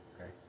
Okay